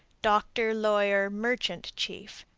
doctor, lawyer, merchant, chief.